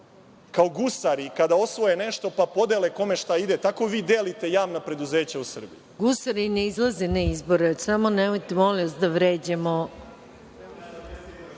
Kao gusari kada osvoje nešto pa podele kome šta ide, tako vi delite javna preduzeća u Srbiji. **Maja Gojković** Gusari ne izlaze na izbore. Samo nemojte molim vas da vređamo.